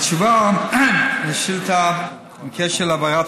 תשובה על שאילתה בנושא: הכשל בהעברת